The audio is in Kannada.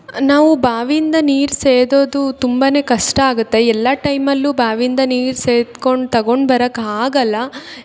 ನಾವು ಬಾವಿಯಿಂದ ನೀರು ಸೇದೋದು ತುಂಬ ಕಷ್ಟ ಆಗುತ್ತೆ ಎಲ್ಲ ಟೈಮಲ್ಲು ಬಾವಿಯಿಂದ ನೀರು ಸೇದ್ಕೊಂಡು ತಗೊಂಡು ಬರೋಕ್ ಆಗೋಲ್ಲ